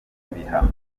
ibihano